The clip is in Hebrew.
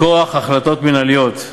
מכוח החלטות מינהליות,